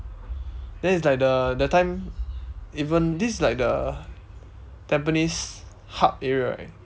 then it's like the that time even this is like the tampines hub area right